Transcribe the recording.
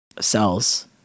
cells